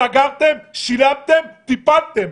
סגרתם, שילמתם, טיפלתם.